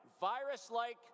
virus-like